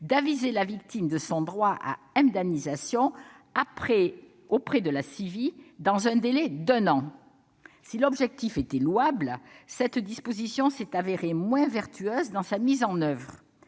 d'aviser la victime de son droit à indemnisation auprès de la CIVI dans un délai d'un an. Si l'objectif était louable, cette disposition s'est avérée moins vertueuse dans sa mise en oeuvre.